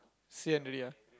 sian already ah